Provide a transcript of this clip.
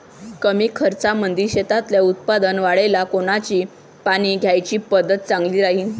कमी खर्चामंदी शेतातलं उत्पादन वाढाले कोनची पानी द्याची पद्धत चांगली राहीन?